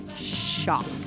shocked